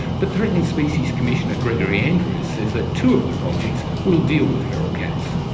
but threatened species commissioner gregory andrews says that two of the projects will deal with feral cats.